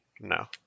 No